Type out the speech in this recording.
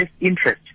interest